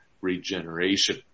regeneration